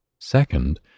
Second